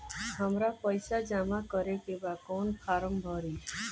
हमरा पइसा जमा करेके बा कवन फारम भरी?